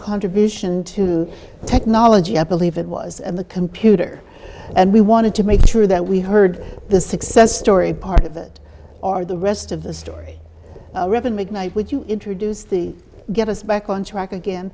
contribution to technology i believe it was in the computer and we wanted to make sure that we heard the success story part of it are the rest of the story i reckon with my would you introduce the get us back on track again